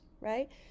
right